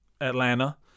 Atlanta